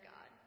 God